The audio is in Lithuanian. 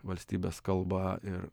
valstybės kalba ir